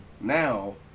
now